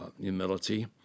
humility